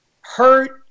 hurt